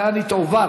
לאן היא תועבר.